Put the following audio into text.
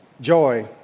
joy